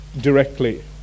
directly